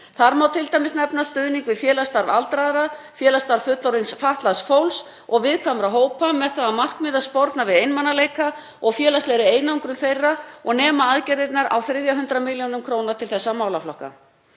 Þar má t.d. nefna stuðning við félagsstarf aldraðra, félagsstarf fullorðins fatlaðs fólks og viðkvæmra hópa með það að markmiði að sporna við einmanaleika og félagslegri einangrun þeirra og nema aðgerðirnar um 300 millj. kr. til þessara málaflokka.